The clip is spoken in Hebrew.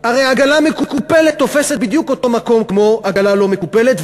הרי עגלה מקופלת תופסת בדיוק אותו מקום כמו עגלה לא מקופלת,